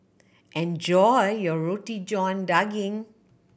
enjoy your Roti John Daging